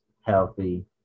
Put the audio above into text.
healthy